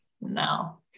no